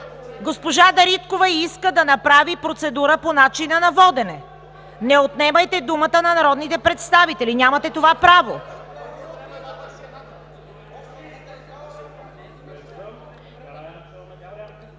Госпожа Дариткова иска да направи процедура по начина на водене. Не отнемайте думата на народните представители, нямате това право.